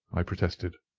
i protested.